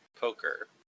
poker